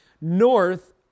North